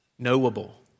knowable